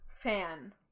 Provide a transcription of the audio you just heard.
fan